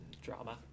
Drama